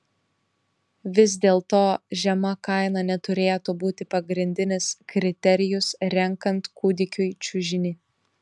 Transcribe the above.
vis dėlto žema kaina neturėtų būti pagrindinis kriterijus renkant kūdikiui čiužinį